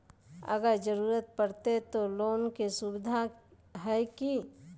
अगर जरूरत परते तो लोन के सुविधा है की?